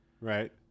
Right